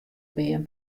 beam